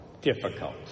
difficult